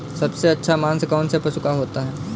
सबसे अच्छा मांस कौनसे पशु का होता है?